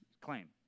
claim